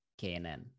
KNN